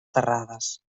terrades